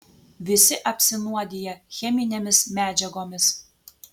visi apsinuodiję cheminėmis medžiagomis